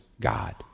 God